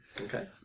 Okay